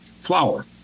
flour